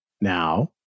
now